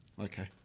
Okay